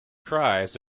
cries